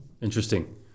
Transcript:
Interesting